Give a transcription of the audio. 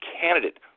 candidate